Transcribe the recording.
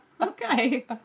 Okay